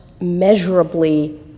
measurably